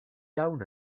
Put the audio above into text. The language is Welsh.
iawn